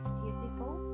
beautiful